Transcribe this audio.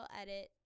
edit